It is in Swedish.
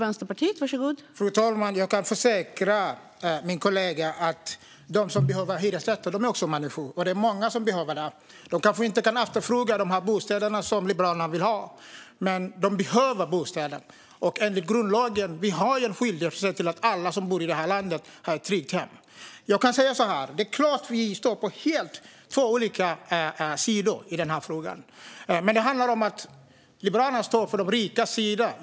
Fru talman! Jag kan försäkra min kollega att de som behöver hyresrätter också är människor, och det är många som behöver det här. De kanske inte kan efterfråga de bostäder som Liberalerna vill ha, men de behöver bostäder. Och enligt grundlagen har vi en skyldighet att se till att alla som bor i detta land har ett tryggt hem. Jag kan säga så här: Vi står på två helt olika sidor i denna fråga. Liberalerna står på de rikas sida.